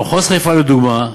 במחוז חיפה, לדוגמה,